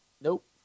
Nope